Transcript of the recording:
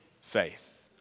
faith